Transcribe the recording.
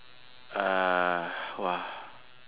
uh !wah!